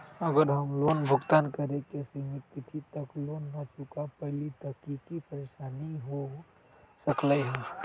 अगर हम लोन भुगतान करे के सिमित तिथि तक लोन न चुका पईली त की की परेशानी हो सकलई ह?